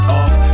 off